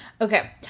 Okay